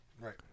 Right